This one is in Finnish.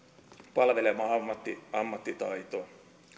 palvelevaa ammattitaitoa